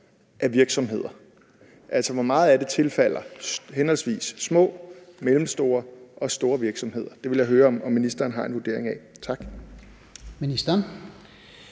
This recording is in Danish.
af virksomheder? Altså, hvor meget af det tilfalder henholdsvis små, mellemstore og store virksomheder? Det vil jeg høre om ministeren har en vurdering af. Kl.